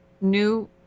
new